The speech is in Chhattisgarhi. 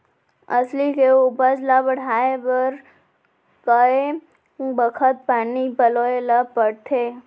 अलसी के उपज ला बढ़ए बर कय बखत पानी पलोय ल पड़थे?